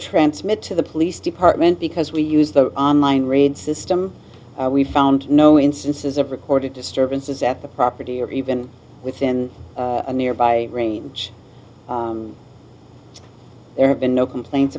transmit to the police department because we use the online read system we found no instances of recorded disturbances at the property or even within a nearby range there have been no complaints